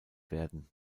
werden